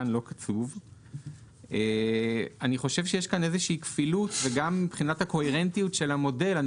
אני חושב שיש כאן איזושהי כפילות וגם מבחינת הקוהרנטיות של המודל אני